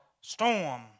storm